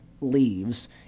leaves